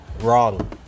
wrong